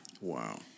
Wow